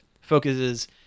focuses